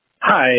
hi